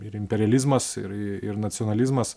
ir imperializmas ir ir nacionalizmas